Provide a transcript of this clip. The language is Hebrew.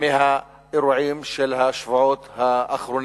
מהאירועים של השבועות האחרונים.